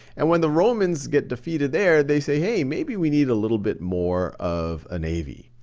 and when the romans get defeated there, they say, hey, maybe we need a little bit more of a navy.